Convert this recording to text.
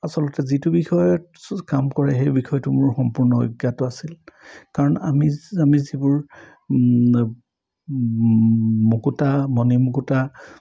আচলতে যিটো বিষয়ত কাম কৰে সেই বিষয়টো মোৰ সম্পূৰ্ণ অজ্ঞাত আছিল কাৰণ আমি আমি যিবোৰ মুকুতা মণি মুকুতা